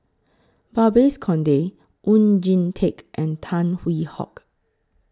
Babes Conde Oon Jin Teik and Tan Hwee Hock